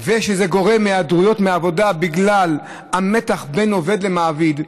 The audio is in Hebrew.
ושזה גורם היעדרויות מהעבודה ובגלל זה המתח בין עובד למעביד.